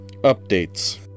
updates